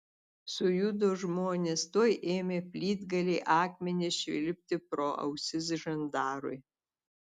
sujudo žmonės tuoj ėmė plytgaliai akmenys švilpti pro ausis žandarui